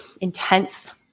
intense